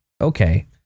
Okay